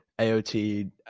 AOT